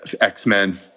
X-Men